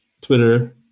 Twitter